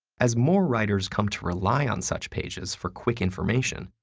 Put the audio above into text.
as more writers come to rely on such pages for quick information,